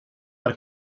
and